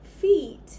feet